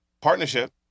partnership